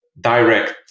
direct